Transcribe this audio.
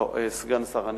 אני